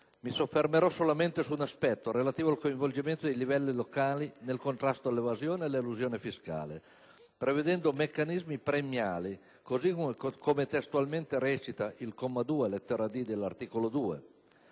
Mi soffermerò solamente su un aspetto, relativo al coinvolgimento dei livelli locali nel contrasto all'evasione e all'elusione fiscale, prevedendo meccanismi di carattere premiale, così come testualmente recita il comma 2, lettera *d)*, dell'articolo 2.